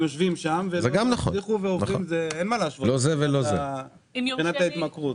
יושבים שם אין מה להשוות מבחינת ההתמכרות.